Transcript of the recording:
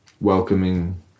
welcoming